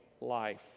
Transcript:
life